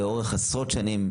לאורך עשרות שנים,